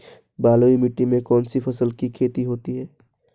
बलुई मिट्टी में कौनसी फसल की खेती होती है?